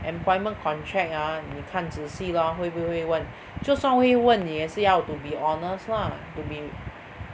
employment contract ah 你看仔细 lor 会不会问就算会问你也是要 to be honest lah to be